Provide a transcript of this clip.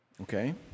okay